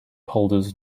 polders